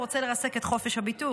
הוא רוצה לרסק את חופש הביטוי,